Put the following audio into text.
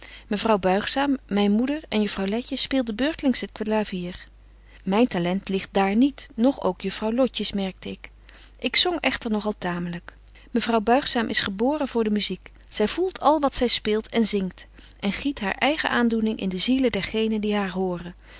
mevrouw buigzaam myn moeder en juffrouw letje speelden beurtling het clavier myn talent ligt dààr niet noch ook juffrouw lotjes merkte ik ik zong echter nog al tamelyk mevrouw buigzaam is geboren voor de muziek zy voelt al wat zy speelt en zingt en giet hare eigen aandoening in de zielen der genen die haar